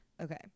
Okay